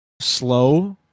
slow